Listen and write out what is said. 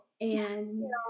and-